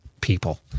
people